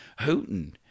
hooting